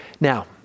Now